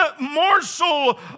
morsel